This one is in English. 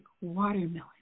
watermelon